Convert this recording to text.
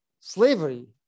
Slavery